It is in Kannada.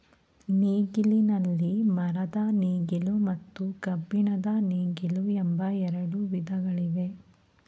ನೇಗಿಲಿನಲ್ಲಿ ಮರದ ನೇಗಿಲು ಮತ್ತು ಕಬ್ಬಿಣದ ನೇಗಿಲು ಎಂಬ ಎರಡು ವಿಧಗಳಿವೆ